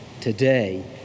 today